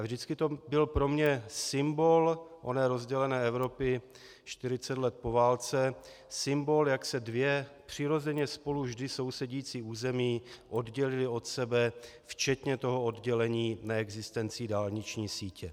Vždycky to pro mne byl symbol oné rozdělené Evropy čtyřicet let po válce, symbol, jak se dvě přirozeně spolu vždy sousedící území oddělily od sebe, včetně toho oddělení neexistencí dálniční sítě.